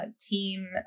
team